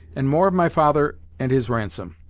and more of my father and his ransom.